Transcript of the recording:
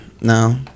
No